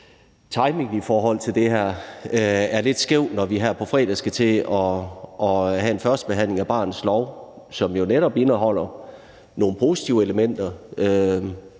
timingen i forhold til det her er lidt skæv, når vi her på fredag skal have en førstebehandling af barnets lov, som jo netop indeholder nogle positive elementer,